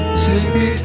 sleepy